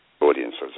audiences